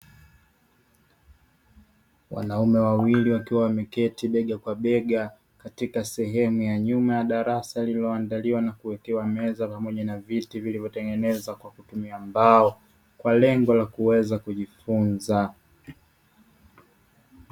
Wanaume wawili wakiwa wameketi bega kwa bega, katika sehemu ya nyuma ya darasa, lililo andaliwa na kuwekewa meza pamoja na viti, vilivyotengenezwa kwa kutumia mbao, kwa lengo la kuweza kujifunza.